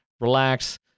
relax